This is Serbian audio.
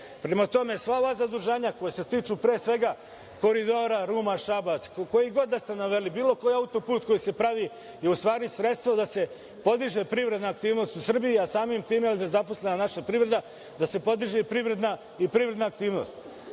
tome, sva ova zaduženja koja se tiču pre svega Koridora Ruma-Šabac, koji god da ste naveli bilo koji auto-put koji se pravi, je u stvari sredstvo da se podiže privredna aktivnost u Srbiji, a samim tim gde je zaposlena naša privreda da se podiže i privredna aktivnost. Što